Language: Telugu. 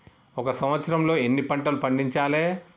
ఒక సంవత్సరంలో ఎన్ని పంటలు పండించాలే?